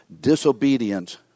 disobedience